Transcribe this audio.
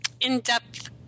in-depth